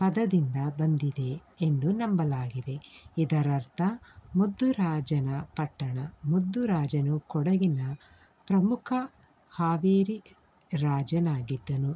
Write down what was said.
ಪದದಿಂದ ಬಂದಿದೆ ಎಂದು ನಂಬಲಾಗಿದೆ ಇದರರ್ಥ ಮುದ್ದುರಾಜನ ಪಟ್ಟಣ ಮುದ್ದುರಾಜನು ಕೊಡಗಿನ ಪ್ರಮುಖ ಹಾಲೇರಿ ರಾಜನಾಗಿದ್ದನು